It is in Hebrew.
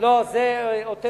זה עוטף-עזה.